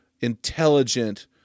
intelligent